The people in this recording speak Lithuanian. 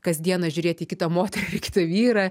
kasdieną žiūrėti į kitą moterį į kitą vyrą